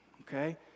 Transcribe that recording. Okay